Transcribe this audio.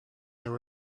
there